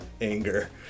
anger